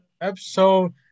episode